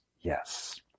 Yes